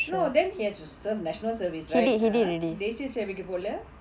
no then he has to serve natioanl service right தேசிய சேவைக்கு போல:thesiya sevaikku pola